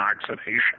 oxidation